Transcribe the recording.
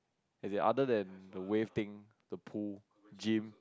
as in other than the wave thing the pool gym